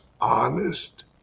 honest